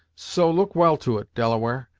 so, look well to it, delaware,